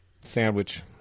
sandwich